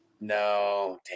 No